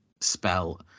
spell